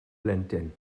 blentyn